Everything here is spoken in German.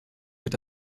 wird